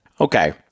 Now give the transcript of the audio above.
Okay